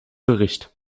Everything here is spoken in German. bericht